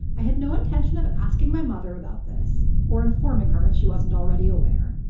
i had no intention of asking my mother about this or informing her if she wasn't already aware,